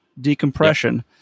decompression